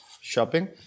shopping